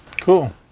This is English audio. Cool